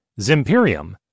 Zimperium